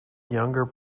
younger